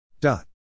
dot